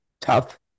tough